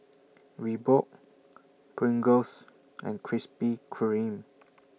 Reebok Pringles and Krispy Kreme